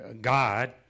God